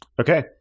Okay